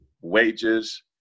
wages